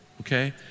Okay